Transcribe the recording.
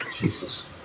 Jesus